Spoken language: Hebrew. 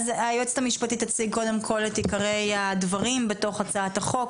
היועצת המשפטית תציג קודם כל את עיקריי הדברים בתוך הצעת החוק,